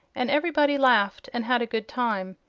and everybody laughed and had a good time.